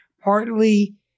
partly